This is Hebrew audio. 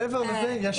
מעבר לזה יש סבסוד.